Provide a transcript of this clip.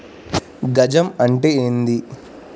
గజం అంటే ఏంది?